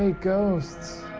and ghosts!